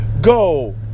go